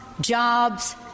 jobs